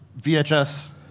VHS